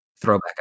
throwback